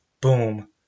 boom